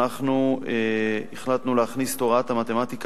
אנחנו החלטנו להכניס את הוראת המתמטיקה